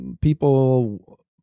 people